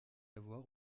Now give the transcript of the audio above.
avoir